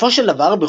" בסופו של דבר,